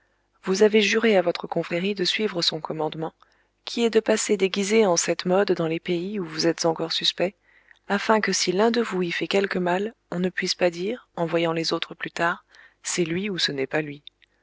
vous avez juré à votre confrérie de suivre son commandement qui est de passer déguisé en cette mode dans les pays où vous êtes encore suspects afin que si l'un de vous y fait quelque mal on ne puisse pas dire en voyant les autres plus tard c'est lui ou ce n'est pas lui